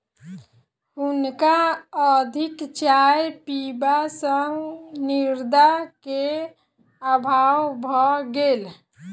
हुनका अधिक चाय पीबा सॅ निद्रा के अभाव भ गेल